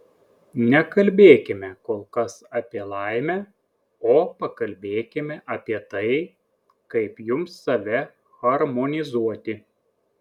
nekalbėkime kol kas apie laimę o pakalbėkime apie tai kaip jums save harmonizuoti